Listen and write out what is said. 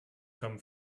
come